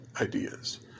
ideas